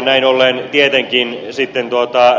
näin ollen tietenkin sitten